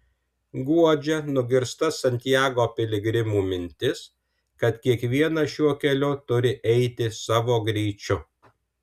guodžia nugirsta santiago piligrimų mintis kad kiekvienas šiuo keliu turi eiti savo greičiu